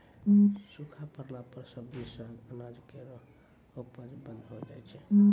सूखा परला पर सब्जी, साग, अनाज केरो उपज बंद होय जाय छै